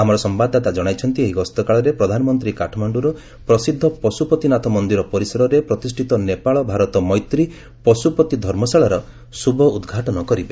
ଆମର ସମ୍ଭାଦଦାତା ଜଣାଇଛନ୍ତି ଏହି ଗସ୍ତ କାଳରେ ପ୍ରଧାନମନ୍ତ୍ରୀ କାଠମାଣ୍ଟୁର୍ ପ୍ରସିଦ୍ଧ ପଶୁପତିନାଥ ମନ୍ଦିର ପରିସରରେ ପ୍ରତିଷ୍ଠିତ ନେପାଳ ଭାରତ ମୈତ୍ରୀ ପଶୁପତି ଧର୍ମଶାଳାର ଶୁଭ ଉଦ୍ଘାଟନ କରିବେ